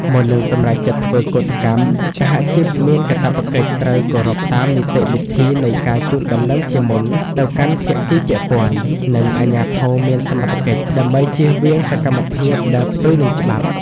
មុននឹងសម្រេចចិត្តធ្វើកូដកម្ម សហជីពមានកាតព្វកិច្ចត្រូវគោរពតាមនីតិវិធីនៃការជូនដំណឹងជាមុនទៅកាន់ភាគីពាក់ព័ន្ធ និងអាជ្ញាធរមានសមត្ថកិច្ច ដើម្បីចៀសវាងសកម្មភាពដែលផ្ទុយនឹងច្បាប់។